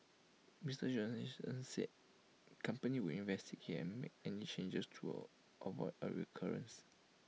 Mister Johnson said company would investigate and make any changes to avoid A recurrence